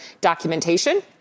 documentation